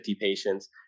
patients